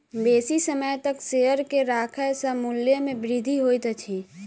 बेसी समय तक शेयर के राखै सॅ मूल्य में वृद्धि होइत अछि